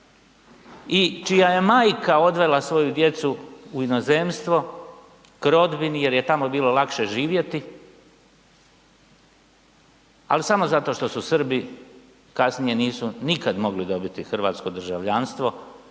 i čija je majka odvela svoju djecu u inozemstvo k rodbini jer je tamo bilo lakše živjeti, ali samo zato što su Srbi kasnije nikad nisu mogli dobiti hrvatsko državljanstvo